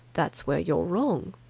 that's where you're wrong.